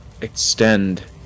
extend